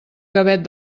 gavet